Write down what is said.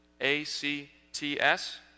A-C-T-S